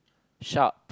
sharp